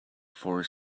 for